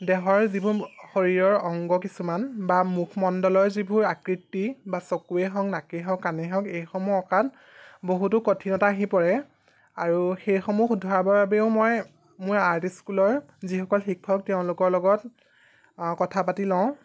দেহৰ যিবোৰ শৰীৰৰ অংগ কিছুমান বা মুখমণ্ডলৰ যিবোৰ আকৃতি বা চকুৱে হওক নাকেই হওক কাণেই হওক এইসমূহ অঁকাত বহুতো কঠিনতা আহি পৰে আৰু সেইসমূহ শুধৰাবৰ বাবেও মই মোৰ আৰ্ট স্কুলৰ যিসকল শিক্ষক তেওঁলোকৰ লগত কথা পাতি লওঁ